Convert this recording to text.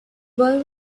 boy